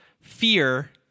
fear